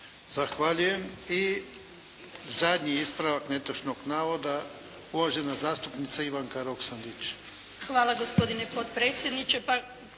Zahvaljujem. I zadnji ispravak netočnog navoda, uvažena zastupnica Ivanka Roksandić. **Roksandić, Ivanka